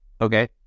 Okay